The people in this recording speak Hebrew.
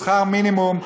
בשכר מינימום,